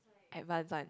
advanced one